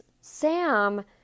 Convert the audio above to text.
Sam